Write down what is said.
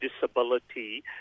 disability